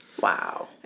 Wow